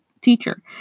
Teacher